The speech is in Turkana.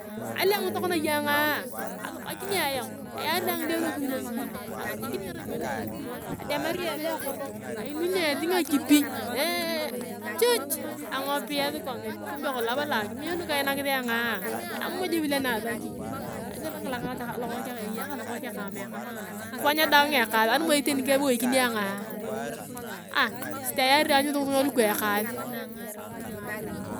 Kilem tokona iyong ayongaa ayaeari ayong ngidee lusukul atachakini ngaropiyae na esukul kademariang esi akoro kainuniang esi ngakipi hee chuch angopiyasi kongin kumbe kolong abala kime lu kainakis ayongaa imuj vile niasaki egira ka lokokeng ka eyakang ka amekang, kifanya daang ekas ani moi yani keboikini ayongaa a si tayari anyut ngitunga lukang ekaasi.